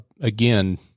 again